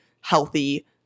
healthy